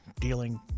dealing